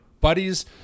buddies